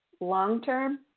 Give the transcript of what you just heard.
Long-term